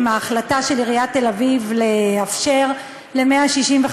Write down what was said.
עם ההחלטה של עיריית תל-אביב לאפשר ל-165,